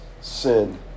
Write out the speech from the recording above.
sin